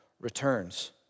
returns